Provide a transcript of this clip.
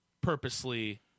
purposely